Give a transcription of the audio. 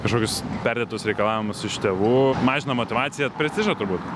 kažkokius perdėtus reikalavimus iš tėvų mažina motyvaciją prestižą turbūt